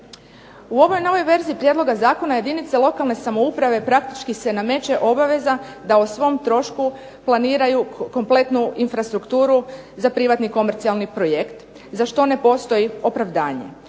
U ovoj novoj verziji prijedloga zakona jedinici lokalne samouprave praktički se nameće obaveza da o svom trošku planiraju kompletnu infrastrukturu za privatni komercijalni projekt za što ne postoji opravdanje.